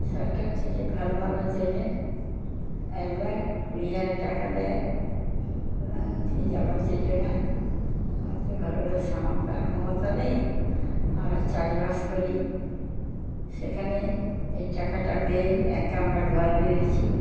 সরকার থেকে ঘর বাঁধার জন্যে এক লাখ কুড়ি হাজার টাকা দেয় প্রধানমন্ত্রী আবাস যোজনা আমার তো ঘর বাঁধার সামর্থ্য বা ক্ষমতা নেই আমরা চাষবাস করি সেখানে এই টাকাটা পেয়ে একটা আমরা ঘর বেঁধেছি